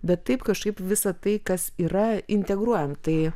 bet taip kažkaip visa tai kas yra integruojam tai